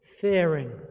fearing